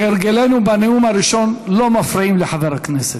כהרגלנו בנאום הראשון, לא מפריעים לחבר הכנסת.